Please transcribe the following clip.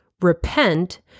Repent